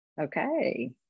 Okay